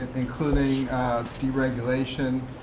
including deregulation,